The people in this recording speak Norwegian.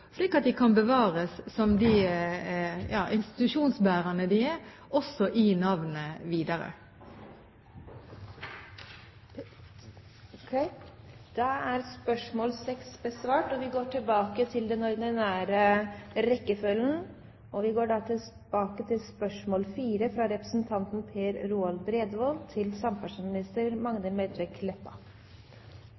slik at de kan bevares som de institusjonsbærerne de er, også i navnet videre. Da er spørsmål 7 besvart, og vi går tilbake til spørsmål 4, fra representanten Per Roar Bredvold til samferdselsministeren. Jeg ønsker å stille følgende spørsmål